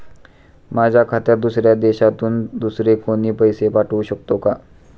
माझ्या खात्यात दुसऱ्या देशातून दुसरे कोणी पैसे पाठवू शकतो का?